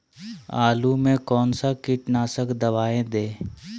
आलू में कौन सा कीटनाशक दवाएं दे?